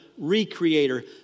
recreator